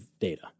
data